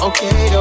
Okay